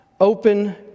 open